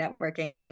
networking